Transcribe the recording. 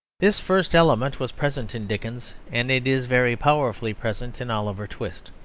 this first element was present in dickens, and it is very powerfully present in oliver twist.